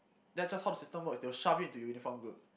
that's just how the system works they will just shove you into uniform group